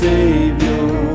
Savior